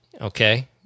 okay